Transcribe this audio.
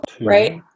Right